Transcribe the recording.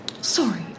Sorry